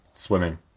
Swimming